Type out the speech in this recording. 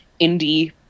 indie